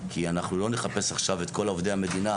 כי אנחנו לא נחפש עכשיו את כל עובדי המדינה,